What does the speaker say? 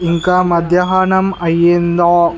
ఇంకా మధ్యాహ్నం అయ్యిందా